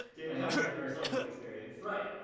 didn't come here for a social experience. right,